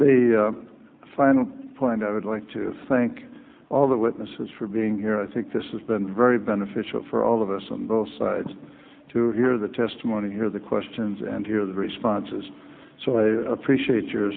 clearly the final point i would like to thank all the witnesses for being here i think this has been very beneficial for all of us on both sides to hear the testimony hear the questions and hear the responses so i appreciate your